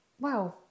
wow